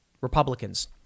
Republicans